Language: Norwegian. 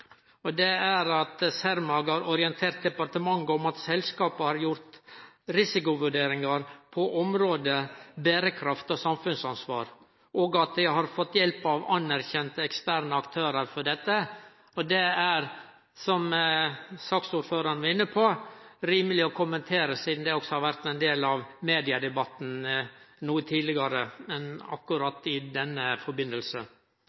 og det er at Cermaq har orientert departementet om at selskapet har gjort risikovurderingar på området berekraft og samfunnsansvar, og at dei har fått hjelp av anerkjende eksterne aktørar til dette. Det er, som saksordføraren var inne på, rimeleg å kommentere, sidan det også har vore ein del av mediedebatten noko tidlegere enn akkurat